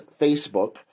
Facebook